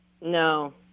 No